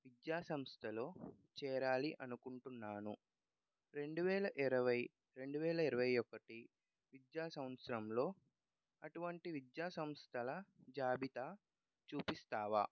విద్యా సంస్థలో చేరాలి అనుకుంటున్నాను రెండు వేల ఇరవై రెండు వేల ఇరవై ఒకటి విద్యా సంవత్సరంలో అటువంటి విద్యా సంస్థల జాబితా చూపిస్తావా